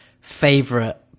favorite